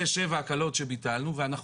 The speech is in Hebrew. שש, שבע הקלות שביטלנו.